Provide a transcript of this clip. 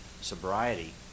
sobriety